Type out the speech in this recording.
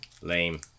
Lame